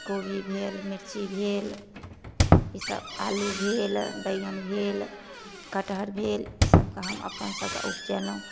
कोबी भेल मिर्ची भेल ई सभ आलू भेल बैगन भेल कठहर भेल ई सभके हम अपन सभके उपजेलहुॅं